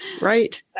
Right